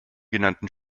genannten